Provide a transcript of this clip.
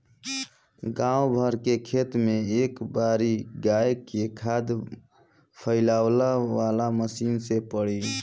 गाँव भर के खेत में ए बारी गाय के खाद फइलावे वाला मशीन से पड़ी